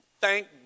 Thank